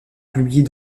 publiés